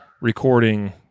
recording